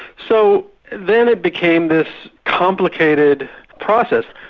so then it became this complicated process.